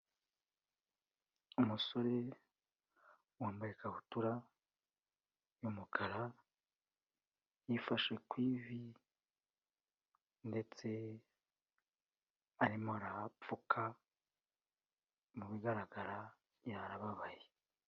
Umusore wambaye ikabutura y'umukara, yifashe ku ivi ndetse arimo arahapfuka, mu bigaragara arababaye.